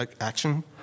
action